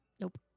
Nope